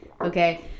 Okay